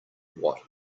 what